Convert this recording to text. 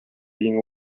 being